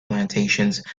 plantations